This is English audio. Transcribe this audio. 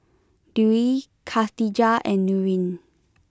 Dewi Khatijah and Nurin